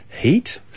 heat